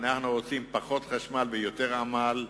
אנחנו רוצים פחות חשמל ויותר עמל,